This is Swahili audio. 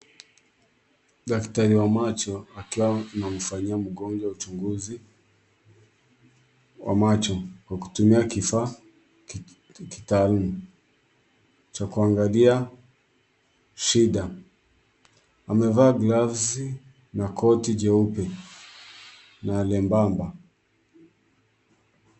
Daktari wa macho akiwa namfanyia mgonjwa uchunguzi wa macho kwa kutumia kifaa kitaalum cha kuangalia shida, amevaa gloves na koti cheupe na nyembamba.